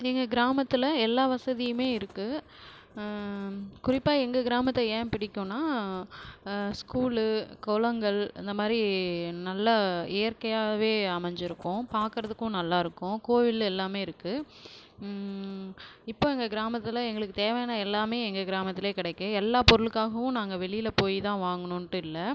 எங்கள் கிராமத்தில் எல்லா வசதியுமே இருக்குது குறிப்பாக எங்கள் கிராமத்தை ஏன் பிடிக்கும்னால் ஸ்கூல் குளங்கள் இந்தமாதிரி நல்லா இயற்கையாகவே அமைஞ்சிருக்கும் பார்க்கறதுக்கும் நல்லா இருக்கும் கோயில் எல்லாமே இருக்குது இப்போ எங்கள் கிராமத்தில் எங்களுக்குத் தேவையான எல்லாமே எங்கள் கிராமத்தில் கிடைக்கும் எல்லா பொருளுக்காகவும் நாங்கள் வெளியில் போய் தான் வாங்கணும்னுட்டு இல்லை